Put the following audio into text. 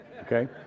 okay